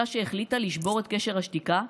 אישה שהחליטה לשבור את קשר השתיקה,